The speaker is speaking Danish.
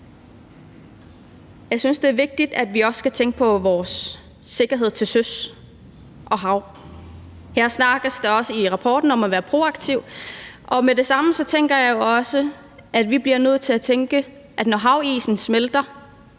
Jeg synes, det er vigtigt, at vi også tænker på vores sikkerhed til søs, altså på havet. Her snakkes der også i redegørelsen om at være proaktiv, og med det samme tænkte jeg, at vi bliver nødt til at tænke på, at nye skibsruter